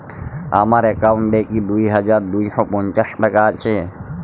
আমার অ্যাকাউন্ট এ কি দুই হাজার দুই শ পঞ্চাশ টাকা আছে?